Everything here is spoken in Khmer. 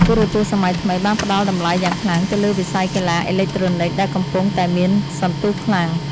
ទូរទស្សន៍សម័យថ្មីបានផ្តល់តម្លៃយ៉ាងខ្លាំងទៅលើវិស័យកីឡាអេឡិចត្រូនិកដែលកំពុងតែមានសន្ទុះខ្លាំង។